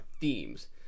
themes